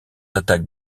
attaques